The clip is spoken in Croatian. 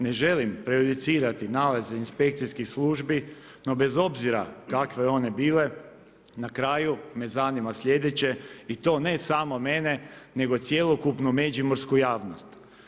Ne želim prejudicirati nalaze inspekcijskih službi no bez obzira kakve one bile na kraju me zanima sljedeće i to ne samo mene nego cjelokupnu međimursku javnost.